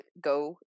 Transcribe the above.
Go